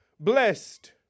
Blessed